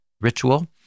ritual